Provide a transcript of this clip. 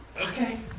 Okay